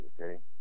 Okay